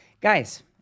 Guys